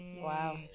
Wow